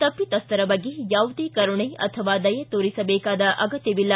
ತಪ್ಪಿತಸ್ಥರ ಬಗ್ಗೆ ಯಾವುದೇ ಕರುಣೆ ಅಥವಾ ದಯೆ ತೋರಿಸಬೇಕಾದ ಅಗತ್ಥವಿಲ್ಲ